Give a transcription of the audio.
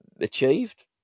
achieved